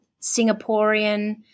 Singaporean